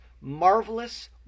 marvelous